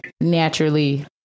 naturally